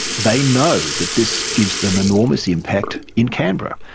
they know that this gives them enormous impact in canberra,